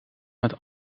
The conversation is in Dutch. het